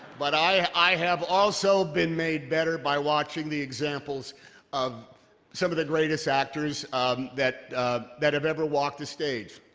but i i have also been made better by watching the examples of some of the greatest actors that that have ever walked a stage.